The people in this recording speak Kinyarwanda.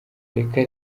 reka